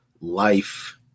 life